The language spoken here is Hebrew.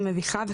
מביכה וחדשה,